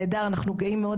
אנחנו גאים מאוד